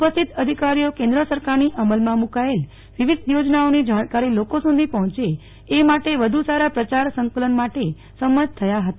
ઉપસ્થિત અધિકારીઓ કેન્દ્ર સરકારની અમલમાં મુકાયેલ વિવિધ યોજનાઓની જાણકારી લોકો સુધી પહોંચે એ માટે વધુ સારા પ્રચાર સંકલન માટે સંમત થયા હતા